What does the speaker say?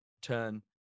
turn